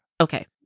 Okay